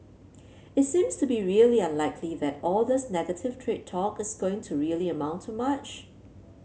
it seems to be really unlikely that all this negative trade talk is going to really amount to much